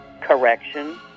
correction